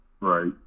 right